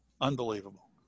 Unbelievable